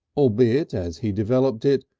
albeit, as he developed it,